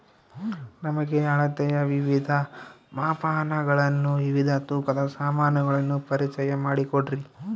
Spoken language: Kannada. ನಮಗೆ ಅಳತೆಯ ವಿವಿಧ ಮಾಪನಗಳನ್ನು ವಿವಿಧ ತೂಕದ ಸಾಮಾನುಗಳನ್ನು ಪರಿಚಯ ಮಾಡಿಕೊಡ್ರಿ?